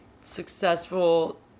successful